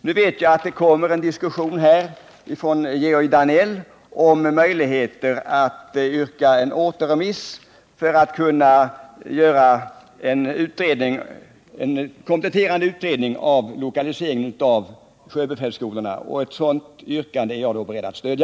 Jag vet att Georg Danell kommer att ta upp en diskussion om möjligheten att yrka återremiss för att det skall göras en kompletterande utredning av lokaliseringen av sjöbefälsskolorna. Ett sådant yrkande är jag beredd att stödja.